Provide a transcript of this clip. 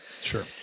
Sure